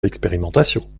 l’expérimentation